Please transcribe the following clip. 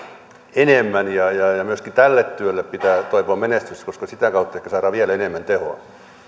enemmän ja ja myöskin tälle työlle pitää toivoa menestystä koska sitä kautta ehkä saadaan vielä enemmän tehoa